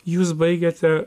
jūs baigėte